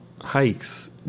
hikes